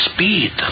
Speed